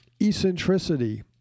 eccentricity